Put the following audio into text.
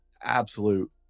absolute